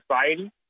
society